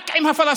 רק עם הפלסטינים.